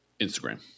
Instagram